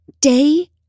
day